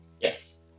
Yes